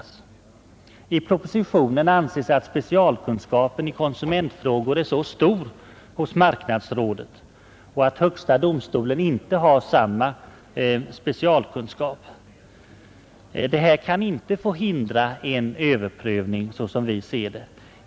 Att som i propositionen anse att specialkunskapen i konsumentfrågor är så stor hos marknadsrådet — och att högsta domstolen inte har samma specialkunskap — kan inte som vi ser det få hindra en överprövning.